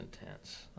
intense